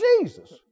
Jesus